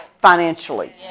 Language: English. financially